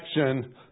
action